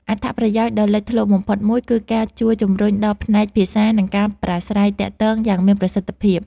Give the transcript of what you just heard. អត្ថប្រយោជន៍ដ៏លេចធ្លោបំផុតមួយគឺការជួយជំរុញដល់ផ្នែកភាសា និងការប្រស្រ័យទាក់ទងយ៉ាងមានប្រសិទ្ធភាព។